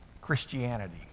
Christianity